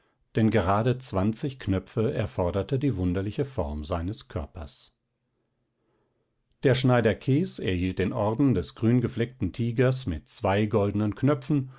denn gerade zwanzig knöpfe erforderte die wunderliche form seines körpers der schneider kees erhielt den orden des grüngefleckten tigers mit zwei goldnen knöpfen